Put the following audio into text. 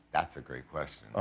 that's a great question.